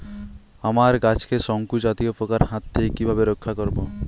আমার গাছকে শঙ্কু জাতীয় পোকার হাত থেকে কিভাবে রক্ষা করব?